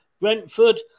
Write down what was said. Brentford